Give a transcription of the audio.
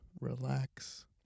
relax